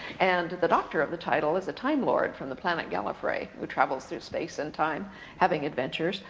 and the dr. of the title is a time lord from the planet gallifrey, who travels through space and time having adventures.